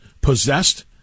possessed